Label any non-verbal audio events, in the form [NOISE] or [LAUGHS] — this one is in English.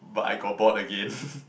but I got bored again [LAUGHS]